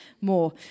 more